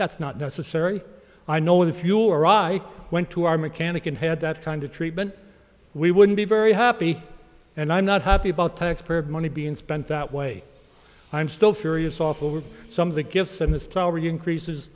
that's not necessary i know if you or i went to our mechanic and had that kind of treatment we wouldn't be very happy and i'm not happy about taxpayer money being spent that way i'm still furious off over some of the gifts and this power you increase is